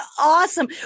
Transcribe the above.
awesome